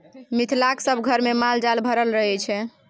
मिथिलाक सभ घरमे माल जाल भरल रहय छै